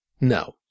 No